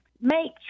make